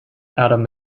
adam